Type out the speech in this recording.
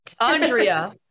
Andrea